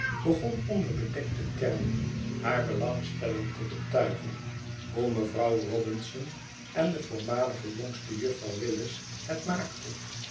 begon onder bedekte termen haar belangstelling te betuigen hoe mevrouw robinson en de voormalige jongste juffrouw willis het maakte